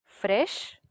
Fresh